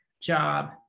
job